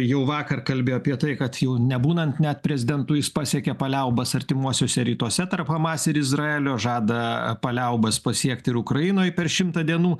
jau vakar kalbėjo apie tai kad jau nebūnan net prezidentu jis pasiekė paliaubas artimuosiuose rytuose tarp hamas ir izraelio žada paliaubas pasiekt ir ukrainoj per šimtą dienų